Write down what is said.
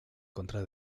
contra